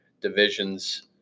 divisions